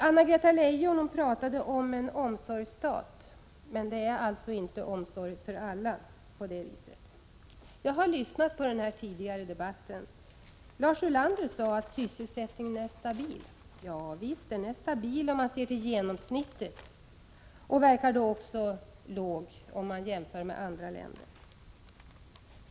Anna-Greta Leijon talade om en omsorgsstat, men det är alltså inte fråga om omsorg för alla. Jag har lyssnat på den tidigare debatten. Lars Ulander sade att sysselsättningen är stabil. Ja visst, den är stabil om man ser till genomsnittet och verkar då också hög i jämförelse med andra länders.